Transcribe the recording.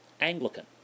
Anglican